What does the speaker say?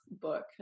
book